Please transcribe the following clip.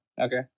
Okay